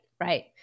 right